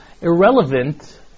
irrelevant